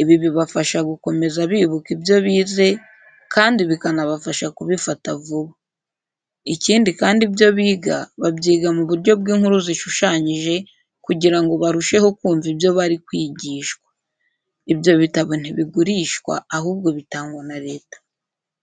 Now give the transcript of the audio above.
Ibi bibafasha gukomeza bibuka ibyo bize kandi bikanabafasha gubifata vuba. Ikindi kandi ibyo biga babyiga mu buryo bw'inkuru zishushanyije kugira ngo barusheho kumva ibyo bari kwigishwa. Ibyo bitabo ntibigurishwa ahubwo bitangwa na Leta.